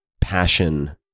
passion